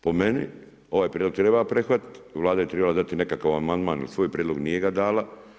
Po meni, ovaj prijedlog treba prihvatiti, vlada je trebala dati nekakav amandman, jer svoj prijedlog, nije ga dala.